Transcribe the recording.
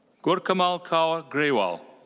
gurkamal kaur grewal.